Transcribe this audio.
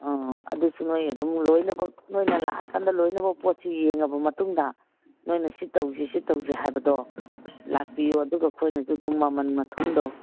ꯑꯪ ꯑꯗꯨꯁꯨ ꯅꯣꯏ ꯑꯗꯨꯝ ꯂꯣꯏꯅꯃꯛ ꯅꯣꯏꯅ ꯂꯥꯛꯑꯀꯥꯟꯗ ꯂꯣꯏꯅꯃꯛ ꯄꯣꯠꯁꯤ ꯌꯦꯡꯉꯕ ꯃꯇꯨꯡꯗ ꯅꯣꯏꯅ ꯁꯤ ꯇꯧꯁꯤ ꯁꯤ ꯇꯧꯁꯤ ꯍꯥꯏꯕꯗꯣ ꯂꯥꯛꯄꯤꯌꯨ ꯑꯗꯨꯒ ꯑꯩꯈꯣꯏꯅꯁꯨ ꯑꯗꯨꯝ ꯃꯃꯜ ꯃꯊꯨꯝꯗꯣ